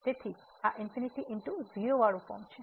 તેથી આ ∞× 0 ફોર્મ છે